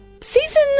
season